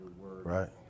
Right